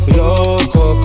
loco